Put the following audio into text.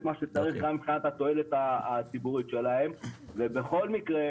מה שצריך גם מבחינת התועלת הציבורית שלהם ובכל מקרה,